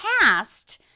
past